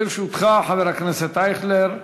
לרשותך, חבר הכנסת אייכלר,